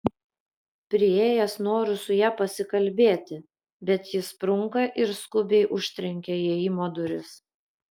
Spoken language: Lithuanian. priėjęs noriu su ja pasikalbėti bet ji sprunka ir skubiai užtrenkia įėjimo duris